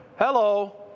Hello